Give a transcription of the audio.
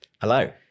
Hello